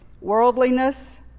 worldliness